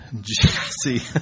Jesse